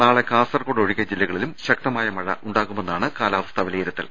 നാളെ കാസർകോടൊഴികെ ജില്ലകളിലും ശക്തമായ മഴ ഉണ്ടാ കുമെന്നാണ് കാലാവസ്ഥാ വിലയിരുത്തൽ